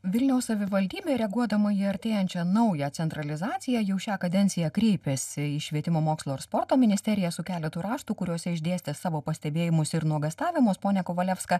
vilniaus savivaldybė reaguodama į artėjančią naują centralizaciją jau šią kadenciją kreipėsi į švietimo mokslo ir sporto ministeriją su keletu raštų kuriuose išdėstė savo pastebėjimus ir nuogąstavimus ponia kovalevska